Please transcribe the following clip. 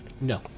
No